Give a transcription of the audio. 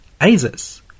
Asus